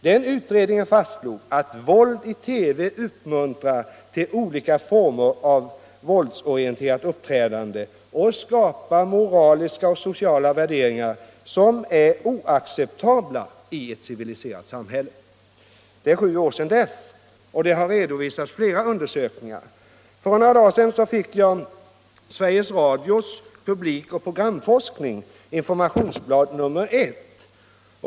Den utredningen fastslog att våld i TV uppmuntrar till olika former av våldsorienterat uppträdande och skapar moraliska och sociala värderingar som är oacceptabla i ett civiliserat samhälle. — Det är sju år sedan dess, och flera undersökningar har redovisats. För några dagar sedan fick jag Sveriges Radios Publikoch programforskning, informationsblad nr 1.